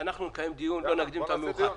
אנחנו נקיים, לא נקדים את המאוחר.